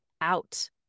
out